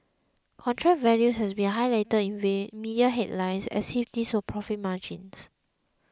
contract values have been highlighted in media headlines as if these were profit margins